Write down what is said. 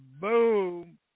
Boom